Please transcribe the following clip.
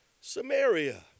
Samaria